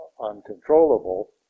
uncontrollable